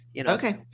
Okay